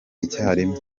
icyarimwe